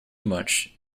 much